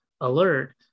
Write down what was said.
alert